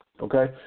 Okay